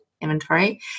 inventory